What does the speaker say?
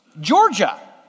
Georgia